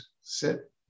sit